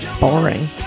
Boring